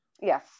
Yes